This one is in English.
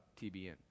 TBN